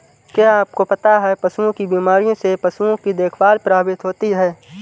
क्या आपको पता है पशुओं की बीमारियों से पशुओं की देखभाल प्रभावित होती है?